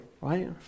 Right